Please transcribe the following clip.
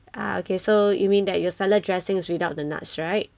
ah okay so you mean that your salad dressing is without the nuts right